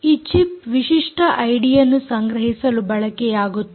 ಈ ಚಿಪ್ ವಿಶಿಷ್ಟ ಐಡಿಯನ್ನು ಸಂಗ್ರಹಿಸಲು ಬಳಕೆಯಾಗುತ್ತದೆ